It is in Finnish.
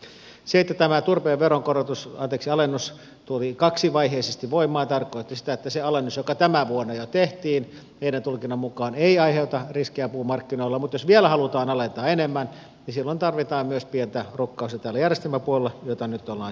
se että tämä turpeen veron alennus tuotiin kaksivaiheisesti voimaan tarkoitti sitä että se alennus joka tänä vuonna jo tehtiin meidän tulkintamme mukaan ei aiheuta riskiä puumarkkinoilla mutta jos vielä halutaan alentaa enemmän niin silloin tarvitaan myös pientä rukkausta täällä järjestelmäpuolella jota nyt siis ollaan tekemässä